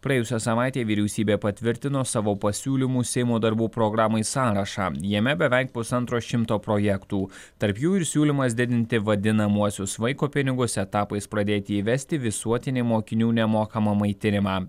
praėjusią savaitę vyriausybė patvirtino savo pasiūlymus seimo darbų programai sąrašą jame beveik pusantro šimto projektų tarp jų ir siūlymas didinti vadinamuosius vaiko pinigus etapais pradėti įvesti visuotinį mokinių nemokamą maitinimą